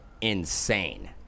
insane